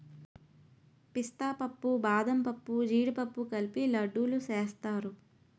పిస్తా పప్పు బాదంపప్పు జీడిపప్పు కలిపి లడ్డూలు సేస్తారు